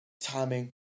timing